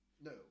No